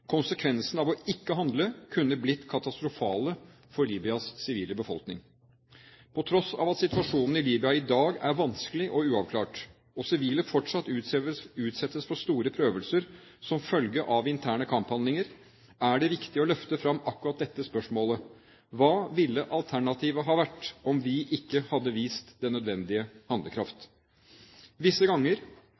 ikke å handle kunne blitt katastrofale for Libyas sivile befolkning. På tross av at situasjonen i Libya i dag er vanskelig og uavklart, og sivile fortsatt utsettes for store prøvelser som følge av interne kamphandlinger, er det viktig å løfte fram akkurat dette spørsmålet: Hva ville alternativet ha vært, om vi ikke hadde vist den nødvendige handlekraft? Visse ganger